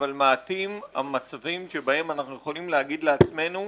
אבל מעטים המקרים שבהם אנחנו יכולים להגיד לעצמנו: